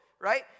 right